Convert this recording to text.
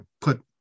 put